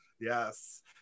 yes